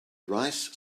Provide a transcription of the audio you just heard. rice